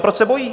Proč se bojí?